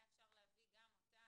היה אפשר להביא גם אותה